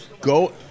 go